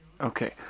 Okay